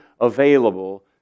available